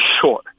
sure